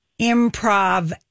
improv